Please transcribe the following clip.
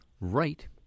right